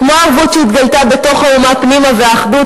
כמו הערבות שהתגלתה בתוך האומה פנימה והאחדות,